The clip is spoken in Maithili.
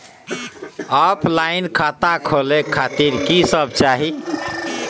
ऑफलाइन खाता खोले खातिर की सब चाही?